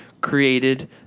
created